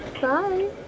Bye